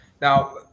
Now